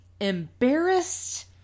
embarrassed